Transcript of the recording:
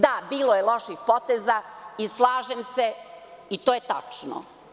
Da, bilo je loših poteza i slažem, to je tačno.